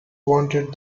wanted